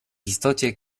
istocie